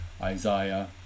Isaiah